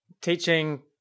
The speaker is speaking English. teaching